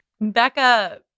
Becca